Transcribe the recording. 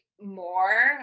more